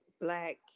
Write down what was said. black